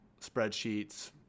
spreadsheets